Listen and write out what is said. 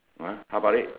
!huh! how about it